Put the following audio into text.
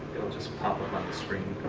it'll just pop up on the screen.